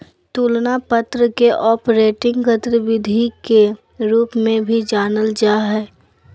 तुलना पत्र के ऑपरेटिंग गतिविधि के रूप में भी जानल जा हइ